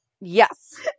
Yes